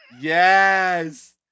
Yes